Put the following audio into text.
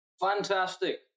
fantastic